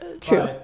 true